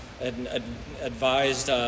advised